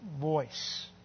voice